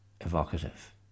evocative